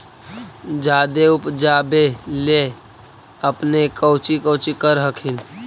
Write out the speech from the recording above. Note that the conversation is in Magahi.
जादे उपजाबे ले अपने कौची कौची कर हखिन?